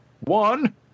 one